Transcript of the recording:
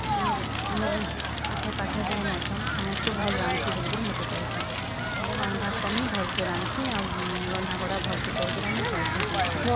ଆମର୍ ଆମର୍ ଆଖେ ପାଖେ ବି ଯେନ୍ ଅଛନ୍ ସମସ୍ତେ ଭଲ୍ ରାନ୍ଧ୍ସି ବଲିକରି ମତେ କହେସନ୍ ହେଲେ ରାନ୍ଧ୍ବାର୍ଟା ମୁଇଁ ଭଲ୍ସେ ରାନ୍ଧସିଁ ଆଉ ରନ୍ଧାବଡ଼ା ଭଲ୍ସେ କରିକିରି ଆମେ ଖାଏସୁଁ ପିଇସୁଁ